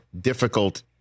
difficult